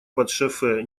подшофе